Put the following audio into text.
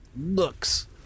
looks